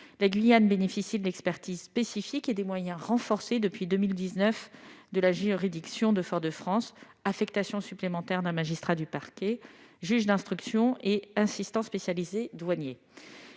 la Guyane bénéficie de l'expertise spécifique et des moyens, renforcés depuis 2019, de la JIRS de Fort-de-France- affectation supplémentaire d'un magistrat du parquet, d'un juge d'instruction et d'un assistant spécialisé douanier